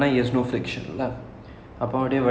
oh okay K